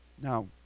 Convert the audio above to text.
now